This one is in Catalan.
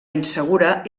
insegura